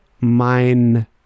mein